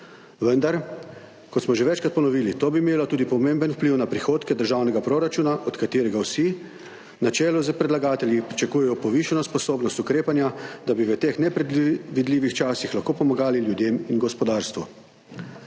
vendar, kot smo že večkrat ponovili, bi to imelo tudi pomemben vpliv na prihodke državnega proračuna, od katerega vsi, na čelu s predlagatelji, pričakujejo povišano sposobnost ukrepanja, da bi v teh nepredvidljivih časih lahko pomagali ljudem in gospodarstvu.